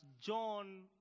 John